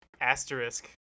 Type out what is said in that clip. asterisk